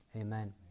Amen